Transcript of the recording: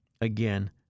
again